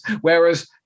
Whereas